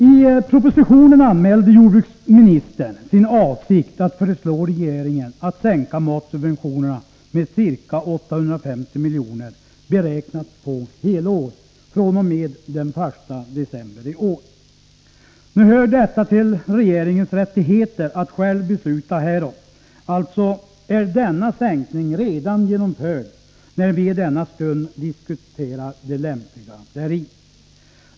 I propositionen anmälde jordbruksministern sin avsikt att föreslå regeringen att sänka matsubventionerna med ca 850 miljoner, beräknat på helår, fr.o.m. den 1 december i år. Nu hör det till regeringens rättigheter att själv besluta härom. Alltså är denna sänkning redan genomförd, när vi i denna stund diskuterar det lämpliga däri.